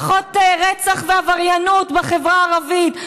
פחות רצח ועבריינות בחברה הערבית.